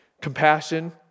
Compassion